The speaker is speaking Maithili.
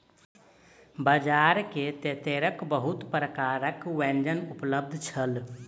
बजार में तेतैरक बहुत प्रकारक व्यंजन उपलब्ध छल